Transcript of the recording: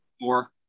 four